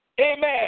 amen